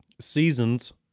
Seasons